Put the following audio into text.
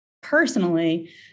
personally